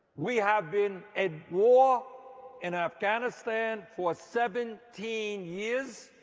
we have been at war in afghanistan for seventeen years.